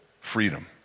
freedom